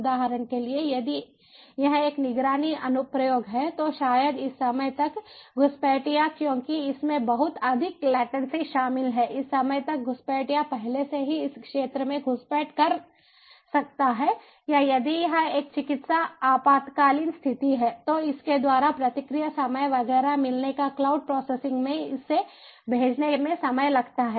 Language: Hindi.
उदाहरण के लिए यदि यह एक निगरानी अनुप्रयोग है तो शायद इस समय तक घुसपैठिया क्योंकि इसमें बहुत अधिक लेटन्सी शामिल है इस समय तक घुसपैठिया पहले से ही इस क्षेत्र में घुसपैठ कर सकता है या यदि यह एक चिकित्सा आपातकालीन स्थिति है तो इसके द्वारा प्रतिक्रिया समय वगैरह मिलने पर क्लाउड प्रोसेसिंग में इसे भेजने में समय लगता है